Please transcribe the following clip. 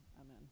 amen